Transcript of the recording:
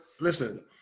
listen